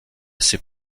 c’est